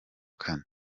kane